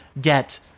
get